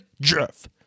Jeff